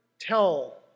tell